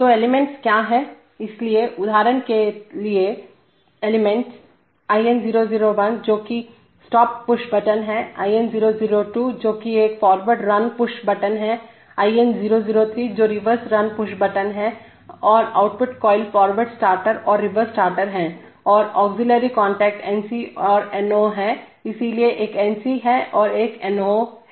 तो एलिमेंट्सतत्व क्या हैं इसलिए उदाहरण के तत्व IN001 जो कि स्टॉप पुश बटन है IN002 जो कि एक फॉरवर्ड रन पुश बटन है IN003 जो रिवर्स रन पुश बटन है और आउटपुट कॉइल फॉरवर्ड स्टार्टर और रिवर्स स्टार्टर हैं और ऑग्ज़ीलियरीसहायक कांटेक्ट NC और NO है इसलिए एक NC है और एक NO है